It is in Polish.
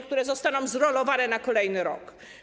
które zostaną zrolowane na kolejny rok.